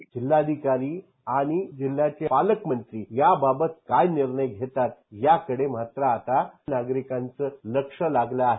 जिल्हाधिकारी आणि जिल्ह्याचे पालकमंत्री याबाबत काय निर्णय घेतात याकडे मात्र आता नागरिकांचे लक्ष लागले आहे